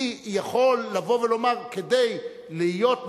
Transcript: אני יכול לבוא ולומר: כדי להיות,